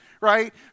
right